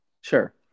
Sure